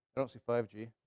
was a five g.